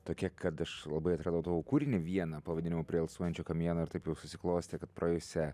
tokia kad aš labai atradau tavo kūrinį vieną pavadinimu prie alsuojančio kamieno ir taip jau susiklostė kad praėjusią